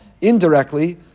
indirectly